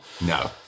No